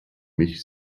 mich